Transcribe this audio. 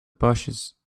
bushes